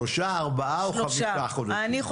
שלושה, ארבעה או חמישה חודשים?